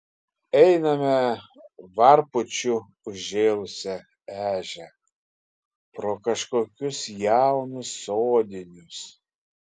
einame varpučiu užžėlusia ežia pro kažkokius jaunus sodinius